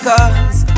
Cause